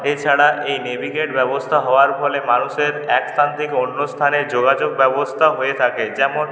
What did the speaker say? এছাড়া এই নেভিগেট ব্যবস্থা হওয়ার ফলে মানুষের এক স্থান থেকে অন্য স্থানে যোগাযোগ ব্যবস্থা হয়ে থাকে যেমন